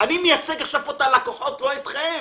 אני מייצג עכשיו פה את הלקוחות, לא אתכם.